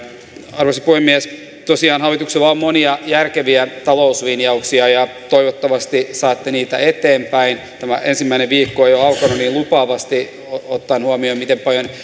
arvoisa puhemies tosiaan hallituksella on monia järkeviä talouslinjauksia ja toivottavasti saatte niitä eteenpäin tämä ensimmäinen viikko on jo alkanut niin lupaavasti ottaen huomioon miten paljon